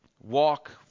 walk